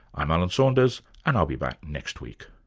i'm alan saunders and i'll be back next week